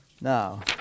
Now